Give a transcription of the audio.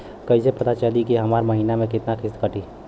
कईसे पता चली की हमार महीना में कितना किस्त कटी?